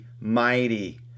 mighty